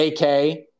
AK